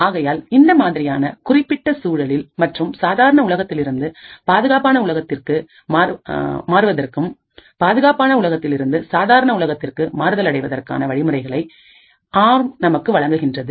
ஆகையால் இந்த மாதிரியான குறிப்பிட்ட சூழலில் மற்றும் சாதாரண உலகத்திலிருந்து பாதுகாப்பான உலகத்திற்கு உலகத்திற்கும் பாதுகாப்பான உலகத்திலிருந்து சாதாரண உலகத்திற்கும் மாறுதல் அடைவதற்கான வழிமுறைகளை ஏ ஆர் எம் நமக்கு வழங்குகின்றது